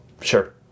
sure